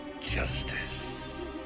Justice